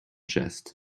jest